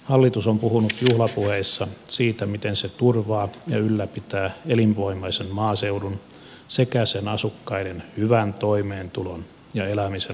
hallitus on puhunut juhlapuheissa siitä miten se turvaa ja ylläpitää elinvoimaisen maaseudun sekä sen asukkaiden hyvän toimeentulon ja elämisen mahdollisuudet